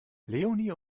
leonie